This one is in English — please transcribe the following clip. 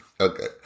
Okay